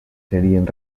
serien